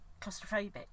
claustrophobic